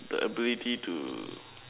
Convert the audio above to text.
the ability to